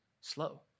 slow